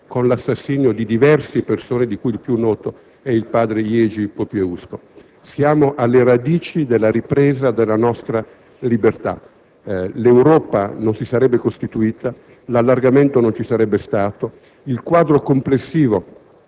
con l'assassinio di diverse persone, di cui il più noto è padre Jerzy Popieluszko. Siamo alle radici della ripresa della nostra libertà; l'Europa non si sarebbe costituita, l'allargamento non ci sarebbe stato, il quadro complessivo